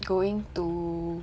going to